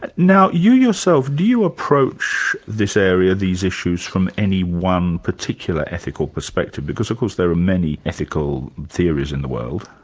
but now you yourself, do you approach this area, these issues, from any one particular ethical perspective, because of course there are many ethical theories in the world.